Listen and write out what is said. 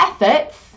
efforts